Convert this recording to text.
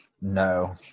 No